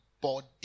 body